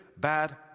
Bad